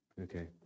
Okay